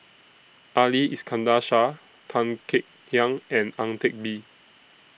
Ali Iskandar Shah Tan Kek Hiang and Ang Teck Bee